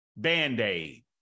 Band-Aid